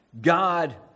God